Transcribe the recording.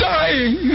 dying